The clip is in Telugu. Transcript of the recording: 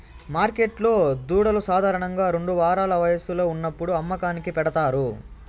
మార్కెట్లో దూడలు సాధారణంగా రెండు వారాల వయస్సులో ఉన్నప్పుడు అమ్మకానికి పెడతారు